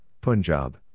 Punjab